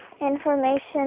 information